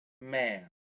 man